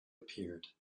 appeared